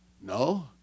No